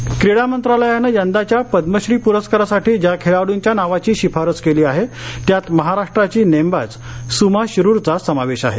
शमा शिरूर क्रीडा मंत्रालयानं यंदाच्या पद्मश्री प्रस्कारासाठी ज्या खेळाडूंच्या नावाची शिफारस केली आहे त्यात महाराष्ट्राची नेमबाज सुमा शिरूरचा समावेश आहे